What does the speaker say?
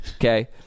okay